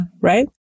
right